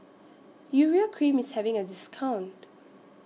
Urea Cream IS having A discount